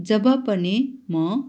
जब पनि म